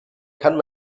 kann